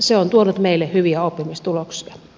se on tuonut meille hyviä oppimistuloksia